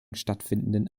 stattfindenden